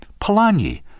Polanyi